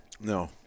No